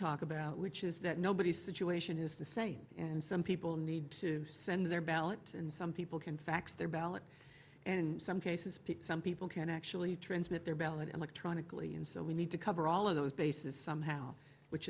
talk about which is that nobody situation is the same and some people need to send their ballots and some people can fax their ballot and in some cases some people can actually transmit their ballot electronically and so we need to cover all of those bases somehow which